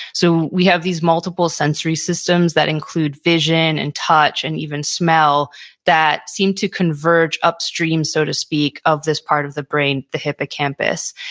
so we have these multiple sensory systems that include vision and touch and even smell that seem to converge upstream, so to speak, of this part of the brain, the hippocampus.